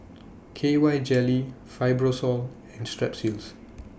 K Y Jelly Fibrosol and Strepsils